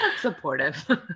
supportive